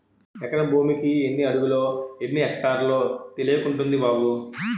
ఎకరం భూమికి ఎన్ని అడుగులో, ఎన్ని ఎక్టార్లో తెలియకుంటంది బాబూ